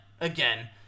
again